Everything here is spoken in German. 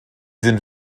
sind